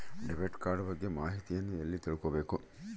Debit card ಬಗ್ಗೆ ಮಾಹಿತಿಯನ್ನ ಎಲ್ಲಿ ತಿಳ್ಕೊಬೇಕು?